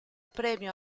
premio